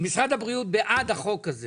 משרד הבריאות בעד החוק הזה